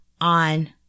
on